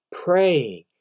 praying